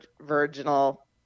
virginal